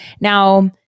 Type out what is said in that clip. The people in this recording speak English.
now